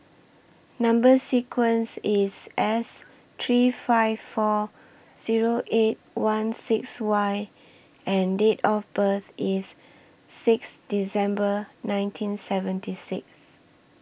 Number sequence IS S three five four Zero eight one six Y and Date of birth IS six December nineteen seventy six